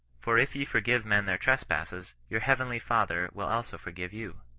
for if ye forgive men their trespasses, your heavenly father will also forgive you.